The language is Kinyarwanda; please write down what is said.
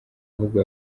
ahubwo